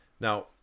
now